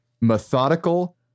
methodical